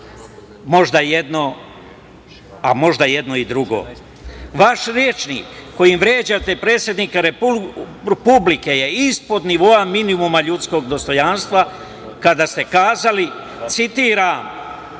Možda jedno, a možda i jedno i drugo. Vaš rečnik kojim vređate predsednika Republike je ispod nivoa minimuma ljudskog dostojanstva, kada ste kazali, citiram: